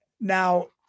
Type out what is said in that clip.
now